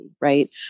right